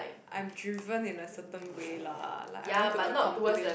I'm driven in a certain way lah like I want to accomplish